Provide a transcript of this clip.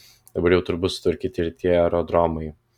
dabar jau turbūt sutvarkyti ir tie aerodromai